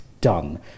done